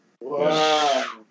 Wow